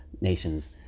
nations